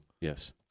Yes